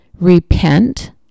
repent